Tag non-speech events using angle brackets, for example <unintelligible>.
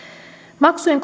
maksujen <unintelligible>